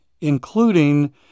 including